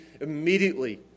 immediately